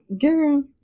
Girl